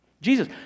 Jesus